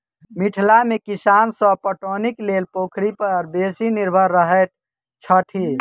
मिथिला मे किसान सभ पटौनीक लेल पोखरि पर बेसी निर्भर रहैत छथि